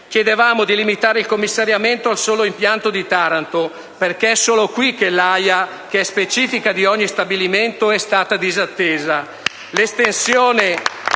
chiedevamo di limitare il commissariamento al solo impianto di Taranto, perché è solo qui che l'AIA, che è specifica per ogni stabilimento, è stata disattesa.